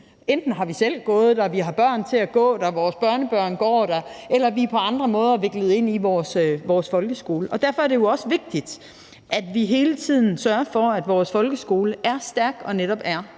Enten har vi selv gået der, eller vi har børn, der går der, eller vores børnebørn går der, eller også er vi på andre måder viklet ind i vores folkeskole. Og derfor er det også vigtigt, at vi hele tiden sørger for, at vores folkeskole er stærk og netop er